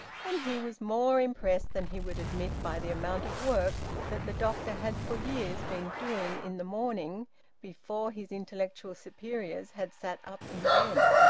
and he was more impressed than he would admit by the amount of work that the doctor had for years been doing in the morning before his intellectual superiors had sat up in bed.